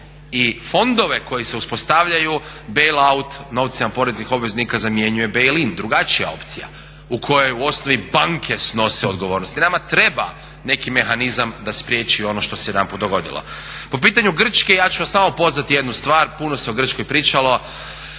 i fondove koji se uspostavljaju bell out novcima poreznih obveznika zamjenjuje bell in drugačija opcija u kojoj osnovi banke snose odgovornost. I nama treba neki mehanizam da spriječi ono što se jedanput dogodilo. Po pitanju Grčke, ja ću vam samo upoznati jednu stvar, puno se o Grčkoj pričalo.